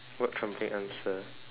what trembling answer